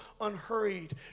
unhurried